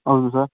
ಹೌದು ಸರ್